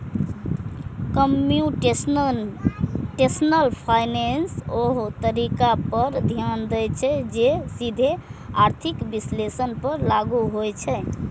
computational finance ओइ तरीका पर ध्यान दै छै, जे सीधे आर्थिक विश्लेषण पर लागू होइ छै